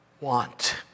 want